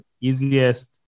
easiest